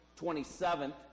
27th